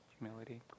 humility